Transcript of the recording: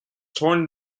torn